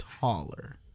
taller